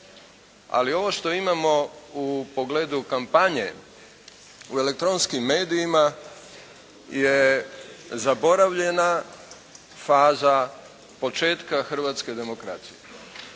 Ali ovo što imamo u pogledu kampanje, u elektronskim medijima je zaboravljena faza početka hrvatske demokracije.